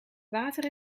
water